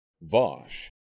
Vosh